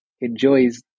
enjoys